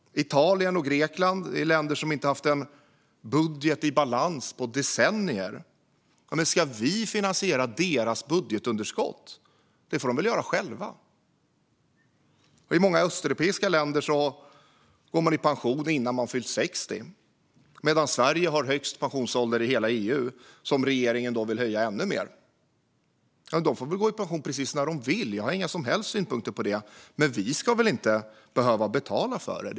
Italien och Grekland har inte haft en budget i balans på decennier. Ska vi finansiera deras budgetunderskott? Det får de väl göra själva. I många östeuropeiska länder går man i pension innan man fyllt 60 medan Sverige har högst pensionsålder i hela EU och regeringen vill höja den ännu mer. De får gå i pension precis när de vill; jag har inga som helst synpunkter på det. Men vi ska väl inte behöva betala för det?